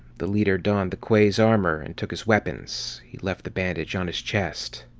the leader donned the kwei's armor and took his weapons he left the bandage on his chest.